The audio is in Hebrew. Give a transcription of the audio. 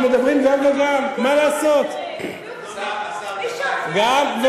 מדברים גם וגם, מה לעשות, גם וגם.